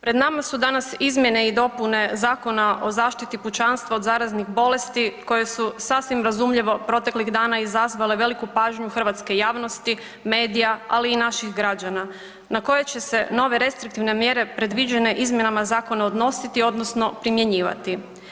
Pred nama su danas izmjene i dopune Zakona o zaštiti pučanstva od zaraznih bolesti koje su sasvim razumljivo proteklih dana izazvale veliku pažnju hrvatske javnosti, medija, ali i naših građana na koje će nove restriktivne mjere predviđene izmjenama zakona odnositi odnosno primjenjivati.